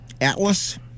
Atlas